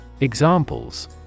Examples